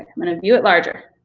i'm gonna view it larger.